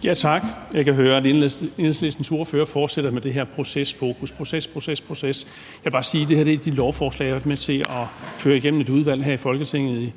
Kl. 09:26 Thomas Jensen (S): Tak. Jeg kan høre, at Enhedslistens ordfører fortsætter med det her procesfokus, altså proces og proces. Jeg vil bare sige, at det her er et af de lovforslag, som jeg har været med til at føre igennem et udvalg her i Folketinget,